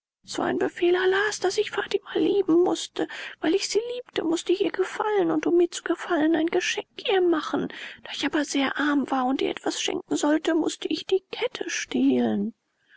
war ein befehl allahs daß ich fatima lieben mußte weil ich sie liebte mußte ich ihr gefallen und um ihr zu gefallen ein geschenk ihr machen da ich aber sehr arm war und ihr etwas schenken sollte mußte ich die kette stehlen